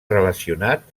relacionat